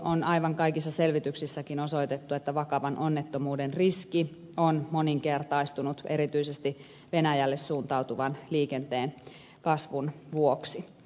on aivan kaikissa selvityksissäkin osoitettu että vakavan onnettomuuden riski on moninkertaistunut erityisesti venäjälle suuntautuvan liikenteen kasvun vuoksi